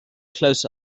close